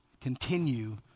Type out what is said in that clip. continue